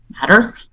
matter